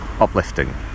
uplifting